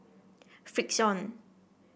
Frixion